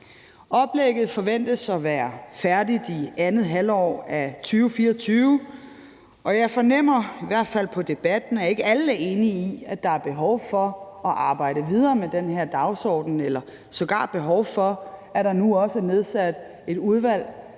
Oplægget forventes at være færdigt i andet halvår af 2024, og jeg fornemmer i hvert fald på debatten, at ikke alle er enige i, at der er behov for at arbejde videre med den her dagsorden eller sågar behov for, at der nu også er nedsat et udvalg,